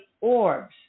orbs